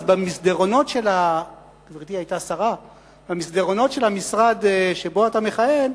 במסדרונות של המשרד שבו אתה מכהן,